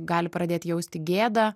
gali pradėti jausti gėdą